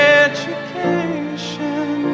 education